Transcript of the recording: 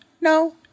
no